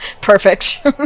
Perfect